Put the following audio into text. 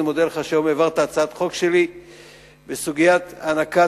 אני מודה לך על שהעברת היום הצעת חוק שלי בסוגיית הענקת